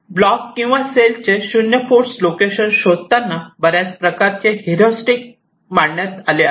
block किंवा सेलचे 0 force location शोधताना बऱ्याच प्रकारचे हेरॉरिस्टिक्स मांडण्यात आले आहेत